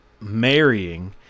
marrying